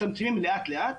מצטמצמים לאט לאט.